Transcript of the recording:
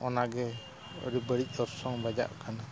ᱚᱱᱟᱜᱮ ᱟᱹᱰᱤ ᱵᱟᱹᱲᱤᱡ ᱫᱚᱨᱥᱚᱝ ᱵᱟᱡᱟᱜ ᱠᱟᱱᱟ